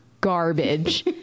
garbage